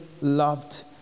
loved